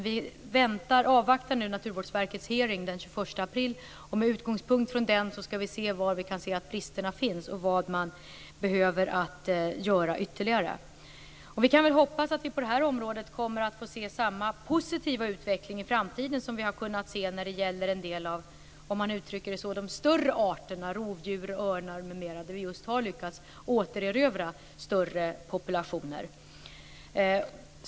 Vi avvaktar nu Naturvårdsverkets utfrågning den 21 april, och med utgångspunkt i den skall vi se var bristerna finns och vad som ytterligare behöver göras. Vi kan hoppas att vi på det här området i framtiden kommer att få se samma positiva utveckling som vi har kunnat se i fråga om en del av de större arterna, rovdjur, örnar, m.m., där vi har lyckats återerövra större populationer.